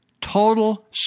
total